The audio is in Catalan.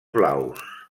blaus